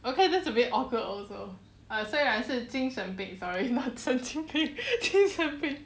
okay that's a bit awkward also uh 虽然是精神病 sorry not 神经病精神病